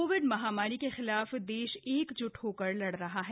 Covid महामारी के खिलाफ देश एकज्ट होकर लड़ रहा है